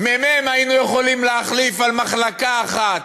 מ"מ היינו יכולים להחליף על מחלקה אחת,